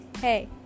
hey